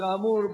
כאמור,